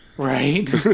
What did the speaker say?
Right